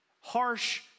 harsh